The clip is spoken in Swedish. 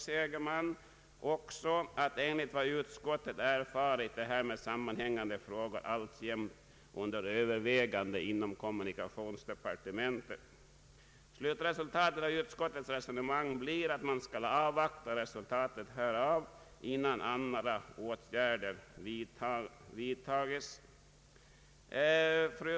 Vidare anför utskottet: ”Enligt vad utskottet erfarit är härmed sammanhängande frågor alltjämt under övervägande inom kommunikationsdepartementet.” Slutresultatet av utskottets resonemang blir att man skall avvakta resultatet av nämnda övervägande innan andra åtgärder vidtas.